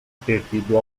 perdido